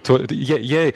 tuo jie jei